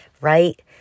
right